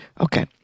Okay